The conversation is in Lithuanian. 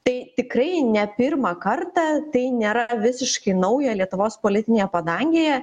tai tikrai ne pirmą kartą tai nėra visiškai nauja lietuvos politinėje padangėje